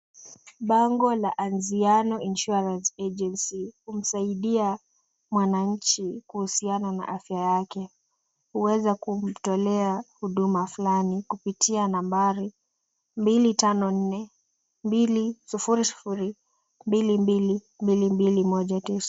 Bango la Anziano Insurance Agency humsaidia mwananchi kuhusiana na afya yake. Huweza kumtolea huduma fulani kupitia nambari mbili tano nne mbili sufuri sufuri mbili mbili mbili mbili moja tisa.